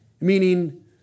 meaning